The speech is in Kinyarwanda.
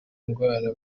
ndwara